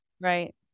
Right